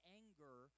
anger